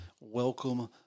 Welcome